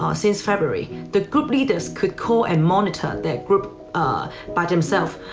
um since february, the group leaders could call and monitor their group by themself.